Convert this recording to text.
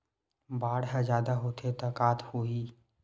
बाढ़ ह जादा होथे त का होही?